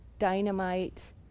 dynamite